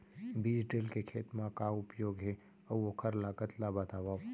बीज ड्रिल के खेत मा का उपयोग हे, अऊ ओखर लागत ला बतावव?